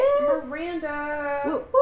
Miranda